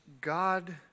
God